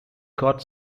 cut